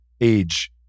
age